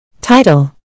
Title